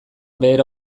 behera